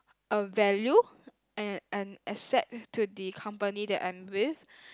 a value and and accept to the company that end with